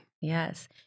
Yes